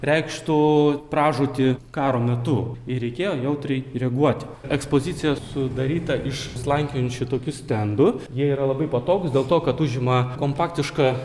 reikštų pražūtį karo metu ir reikėjo jautriai reaguoti ekspozicija sudaryta iš slankiojančių tokių stendų jie yra labai patogūs dėl to kad užima kompaktišką